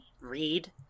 read